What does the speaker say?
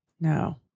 no